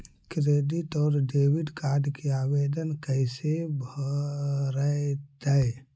Credit और debit card के आवेदन कैसे भरैतैय?